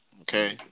Okay